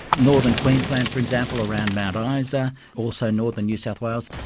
northern queensland, for example, around mt um isa, also northern new south wales,